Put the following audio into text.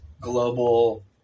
global